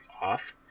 off